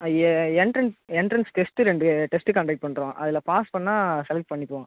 ஐ எ entrance entrance test ரெண்டு test conduct பண்ணுறோம் அதில் பாஸ் பண்ணால் செலெக்ட் பண்ணிக்குவோம்